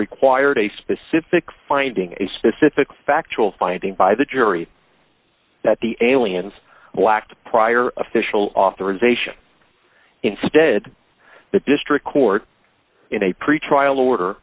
required a specific finding a specific factual finding by the jury that the aliens lacked prior official authorisation instead the district court in a pretrial order